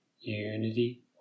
unity